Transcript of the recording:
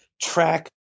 track